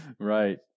Right